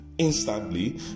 Instantly